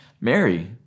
Mary